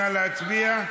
נא להצביע.